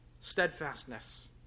steadfastness